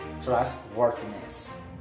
trustworthiness